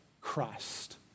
christ